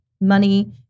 money